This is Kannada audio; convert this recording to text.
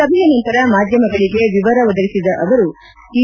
ಸಭೆಯ ನಂತರ ಮಾಧ್ಯಮಗಳಿಗೆ ವಿವರ ಒದಗಿಸಿದ ಅವರು ಟಿ